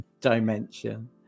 dimension